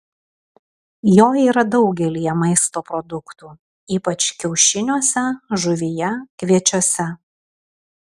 jo yra daugelyje maisto produktų ypač kiaušiniuose žuvyje kviečiuose